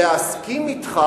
להסכים אתך,